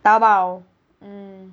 Taobao mm